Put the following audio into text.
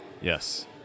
Yes